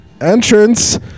Entrance